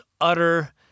utter